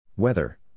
Weather